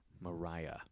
Mariah